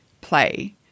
play